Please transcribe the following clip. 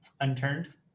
unturned